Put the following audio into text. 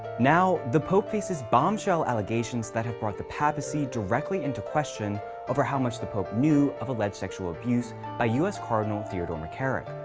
now, the pope faces bombshell allegations that has brought the papacy directly into question over how much the pope knew of alleged sexual abuse by u s. cardinal theodore mccarrick,